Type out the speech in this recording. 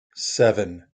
seven